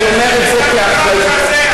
אל תיכנס למגרש הזה,